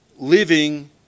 living